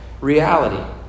reality